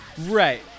right